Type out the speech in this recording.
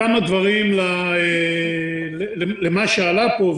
כמה דברים למה שעלה פה,